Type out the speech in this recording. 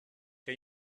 què